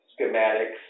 schematics